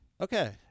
Okay